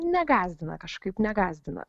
negąsdina kažkaip negąsdina